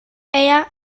era